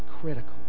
critical